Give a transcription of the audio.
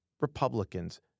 Republicans